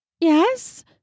yes